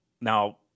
Now